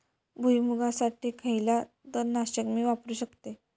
भुईमुगासाठी खयला तण नाशक मी वापरू शकतय?